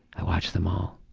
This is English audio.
i watched them all